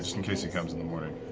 in case he comes in the morning.